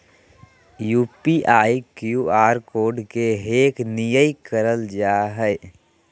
UPI, QR आर कोड के हैक नयय करल जा हइ